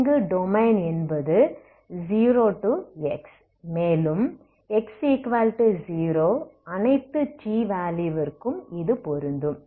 இங்கு டொமைன் என்பது 0 x மேலும் x0 அனைத்து t வேலுயுவிற்கும் இது பொருந்தும்